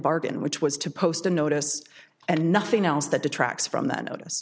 bargain which was to post a notice and nothing else that detracts from that notice